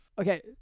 Okay